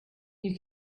you